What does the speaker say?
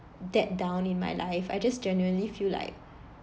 that down in my life I just genuinely feel like